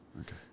Okay